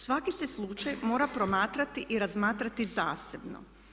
Svaki se slučaj mora promatrati i razmatrati zasebno.